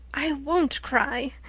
i won't cry.